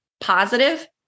positive